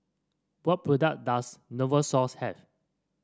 what products does Novosource have